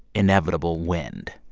inevitable wind?